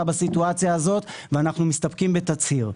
בסיטואציה הזאת ואנחנו מסתפקים בתצהיר.